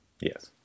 Yes